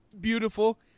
beautiful